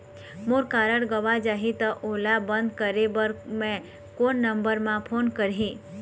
मोर card गंवा जाही त ओला बंद करें बर मैं कोन नंबर म फोन करिह?